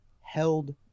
held